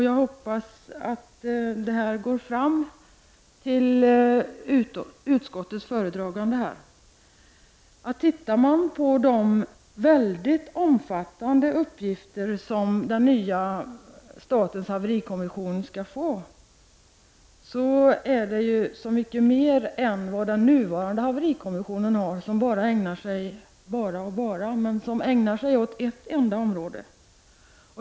Jag hoppas att detta går fram till utskottets föredragande. Tittar man på de mycket omfattande uppgifter som den nya statens haverikommission skall få, upp täcker man att det är så mycket mer än vad den nuvarande haverikommissionen har, som ”bara” ägnar sig åt ett enda område.